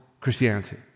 Christianity